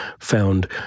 found